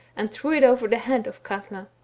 and drew it over the head of katla.